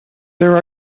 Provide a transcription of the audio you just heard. there